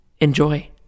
Enjoy